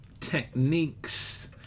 techniques